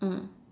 mm